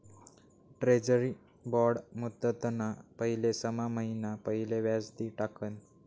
treasury bond मुदतना पहिले सहा महिना पहिले व्याज दि टाकण